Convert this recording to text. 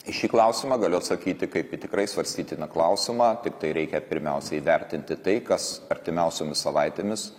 į šį klausimą galiu atsakyti kaip į tikrai svarstytiną klausimą tiktai reikia pirmiausiai įvertinti tai kas artimiausiomis savaitėmis